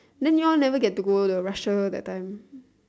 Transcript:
than you all never got to go the Russia that time